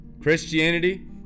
christianity